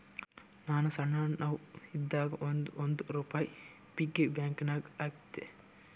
ನಾನು ಸಣ್ಣವ್ ಇದ್ದಾಗ್ ಒಂದ್ ಒಂದ್ ರುಪಾಯಿ ಪಿಗ್ಗಿ ಬ್ಯಾಂಕನಾಗ್ ಹಾಕ್ತಿದ್ದೆ